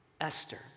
Esther